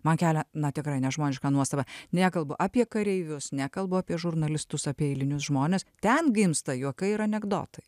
man kelia na tikrai nežmonišką nuostabą nekalbu apie kareivius nekalbu apie žurnalistus apie eilinius žmones ten gimsta juokai ir anekdotai